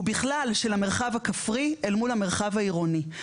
הוא בכלל של המרחב הכפרי אל מול המרחב העירוני.